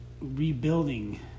rebuilding